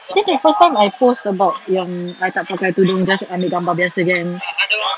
this is the first time I post about yang I tak pakai tudung just ambil gambar biasa jer kan